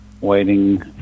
waiting